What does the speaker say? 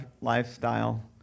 lifestyle